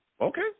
Okay